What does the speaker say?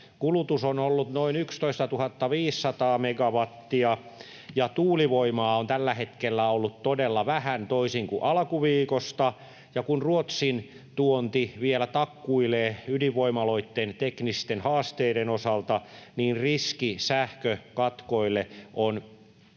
Kulutus on ollut noin 11 500 megawattia, ja tuulivoimaa on tällä hetkellä ollut todella vähän, toisin kuin alkuviikosta, ja kun Ruotsin tuonti vielä takkuilee ydinvoimaloitten teknisten haasteiden osalta, niin riski sähkökatkoille on todellinen.